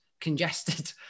congested